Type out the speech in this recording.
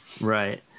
right